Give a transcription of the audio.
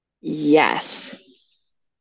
Yes